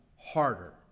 Harder